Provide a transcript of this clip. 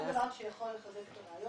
כל דבר שיכול לחדד את הראיות